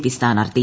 P സ്ഥാനാർത്ഥി